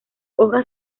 hojas